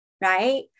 right